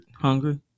hungry